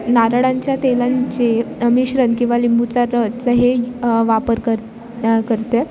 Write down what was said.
नारळांच्या तेलाचे मिश्रण किंवा लिंबूचा रस हे वापर कर करते